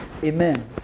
Amen